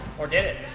or did it?